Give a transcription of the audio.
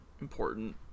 important